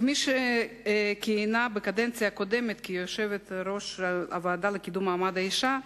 כמי שכיהנה בקדנציה הקודמת כיושבת-ראש הוועדה לקידום מעמד האשה,